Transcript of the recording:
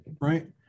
Right